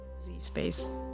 Z-Space